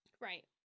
Right